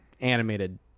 animated